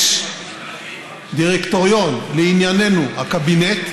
יש דירקטוריון, לענייננו, הקבינט,